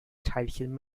teilchen